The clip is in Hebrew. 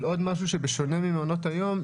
אבל עוד משהו שבשונה ממעונות היום,